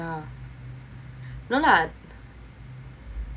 no lah